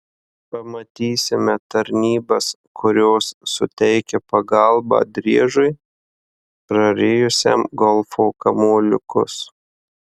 pamatysime tarnybas kurios suteikia pagalbą driežui prarijusiam golfo kamuoliukus